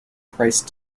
price